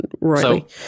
right